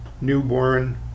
newborn